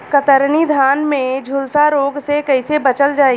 कतरनी धान में झुलसा रोग से कइसे बचल जाई?